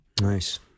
Nice